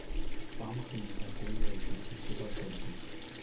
pumpkin বা কুমড়ো একটি পুষ্টিকর সবজি